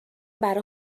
برا